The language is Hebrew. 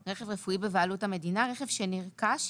"רכב רפואי בבעלות המדינה" - רכב שנרכש,